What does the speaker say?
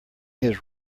his